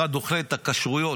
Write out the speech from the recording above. אחד דוחה את הכשרויות,